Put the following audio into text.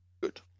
good